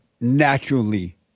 naturally